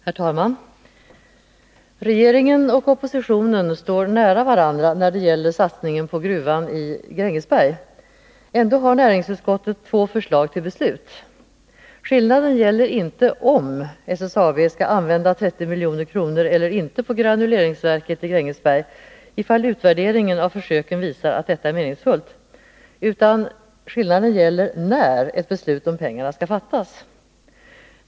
Herr talman! Regeringen och oppositionen står nära varandra när det gäller satsning på gruvan i Grängesberg. Ändå har näringsutskottet två förslag till beslut. Skillnaden gäller inte om SSAB skall använda 30 milj.kr. eller inte på granuleringsverket i Grängesberg, ifall utvärderingen av försöken visar att detta är meningsfullt, utan skillnaden gäller när ett beslut om pengarna skall fattas.